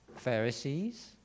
pharisees